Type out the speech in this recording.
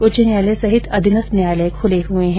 उच्च न्यायालय सहित अधीनस्थ न्यायालय खुले हुए है